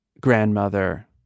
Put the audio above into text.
grandmother